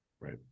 Right